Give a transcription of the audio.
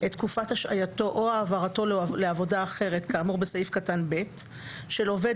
את תקופת השעייתו או העברתו לעבודה אחרת כאמור בסעיף קטן (ב) של עובד